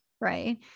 right